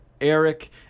eric